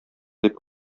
дип